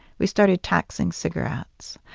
we started taxing cigarettes.